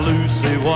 Lucy